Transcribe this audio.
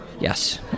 Yes